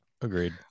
Agreed